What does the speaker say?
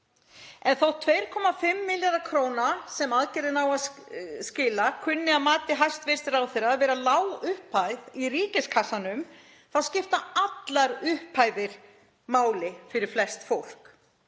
þeir 2,5 milljarðar kr. sem aðgerðin á að skila kunni að mati hæstv. ráðherra að vera lág upphæð í ríkiskassanum þá skipta allar upphæðir máli fyrir flest fólk.